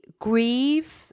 grieve